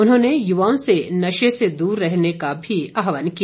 उन्होंने यूवाओं से नशे से दर रहने का भी आहवान किया